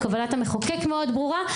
כוונת המחוקק מאוד ברורה,